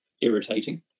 irritating